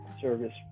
service